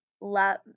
love